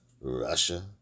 Russia